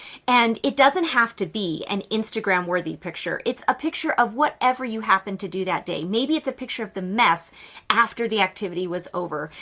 and it doesn't have to be an instagram worthy picture. it's a picture of whatever you happen to do that day. maybe it's a picture of the mess after the activity was over.